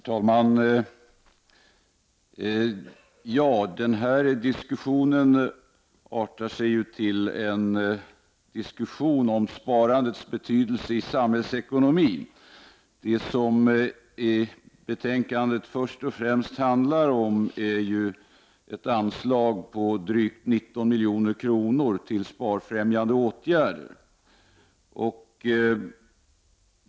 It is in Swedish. Herr talman! Den här diskussionen artar sig till en debatt om sparandets betydelse i samhällsekonomin. Vad betänkandet först och främst handlar om är ett anslag på drygt 19 milj.kr. till sparfrämjande åtgärder.